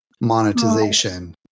monetization